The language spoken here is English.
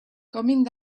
coming